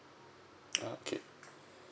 oh okay